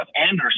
Anderson